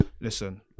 listen